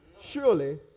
Surely